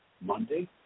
Monday